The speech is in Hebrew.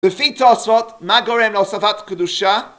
בפי תוספות, מה גורם להוספת קדושה?